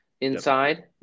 inside